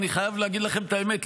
אני חייב להגיד לכם את האמת,